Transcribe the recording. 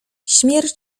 śmierć